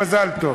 מזל טוב.